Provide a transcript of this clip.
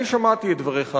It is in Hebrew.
אני שמעתי את דבריך,